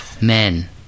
men